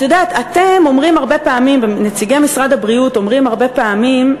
את יודעת, נציגי משרד הבריאות אומרים הרבה פעמים,